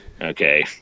Okay